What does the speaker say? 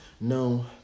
no